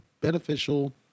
beneficial